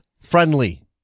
friendly